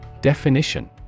Definition